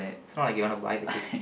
it's not like you want to buy the kid